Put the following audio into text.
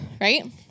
right